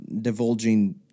divulging